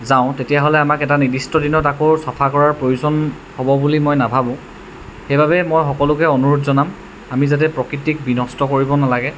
যাওঁ তেতিয়াহ'লে আমাক এটা নিৰ্দিষ্ট দিনত আকৌ চাফা কৰাৰ প্ৰয়োজন হ'ব বুলি মই নাভাবোঁ সেইবাবে মই সকলোকে অনুৰোধ জনাম আমি যাতে প্ৰকৃতিক বিনষ্ট কৰিব নালাগে